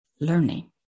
learning